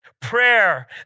Prayer